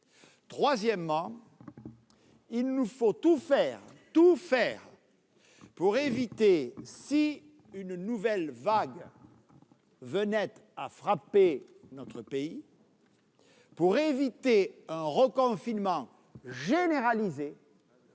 Troisièmement, il nous faut tout faire pour éviter, si une nouvelle vague venait à frapper notre pays, un reconfinement généralisé,